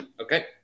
Okay